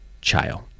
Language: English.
child